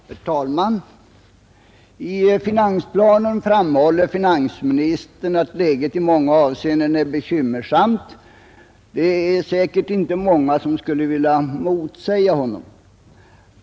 Herr talman! I finansplanen framhåller finansministern att det ekonomiska läget i många avseenden är bekymmersamt. Det är säkert inte många som skulle vilja motsäga honom.